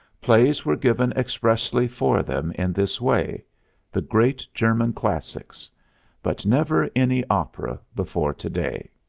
plays were given expressly for them in this way the great german classics but never any opera before to-day.